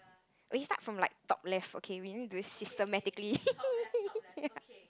or you start from like top left okay we need to do this systematically